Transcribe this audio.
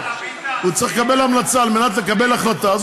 שהוא צריך לקבל המלצה כדי לקבל החלטה,